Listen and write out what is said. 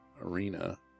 arena